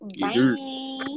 bye